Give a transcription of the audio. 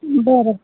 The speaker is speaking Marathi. बरं